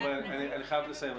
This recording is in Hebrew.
חבר'ה, אני חייב לסיים.